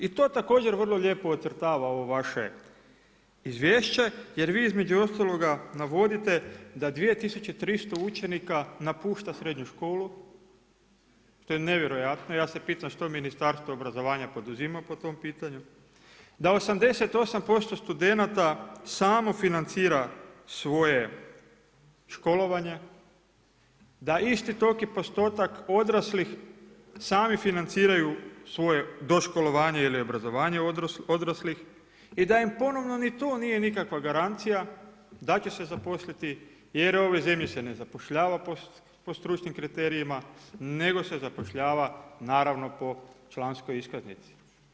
I to također vrlo lijepo ocrtava ovo vaše izvješće jer vi između ostaloga navodite da 2300 učenika napušta srednju školu, to je nevjerojatno, ja se pitam što Ministarstvo obrazovanja poduzima po tom pitanju, a 88% studenata samo financira svoje školovanje, da isti toliki postotak odraslih sami financiraju svoje doškolovanje ili obrazovanje odraslih i da im ponovno ni to nije nikakva garancija da će se zaposliti jer u ovoj zemlji se ne zapošljava po stručnim kriterijima nego se zapošljava naravno po članskoj iskaznici.